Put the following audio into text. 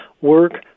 work